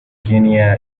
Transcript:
guinea